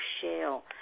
shell